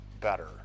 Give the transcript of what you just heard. better